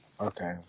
okay